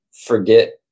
forget